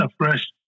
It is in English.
afresh